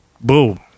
Boom